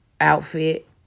outfit